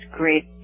great